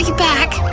back,